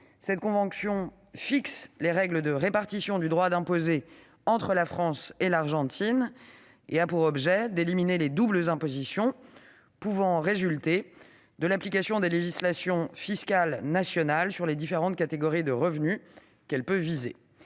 années. Elle fixe les règles de répartition du droit d'imposer entre la France et l'Argentine, dans le but d'éliminer les doubles impositions pouvant résulter de l'application des législations fiscales nationales sur les différentes catégories de revenus qu'elle vise.